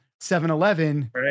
7-Eleven